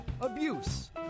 abuse